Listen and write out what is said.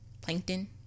Plankton